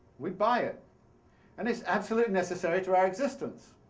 we buy it and it's absolutely necessary for our existence.